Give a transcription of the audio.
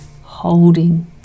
holding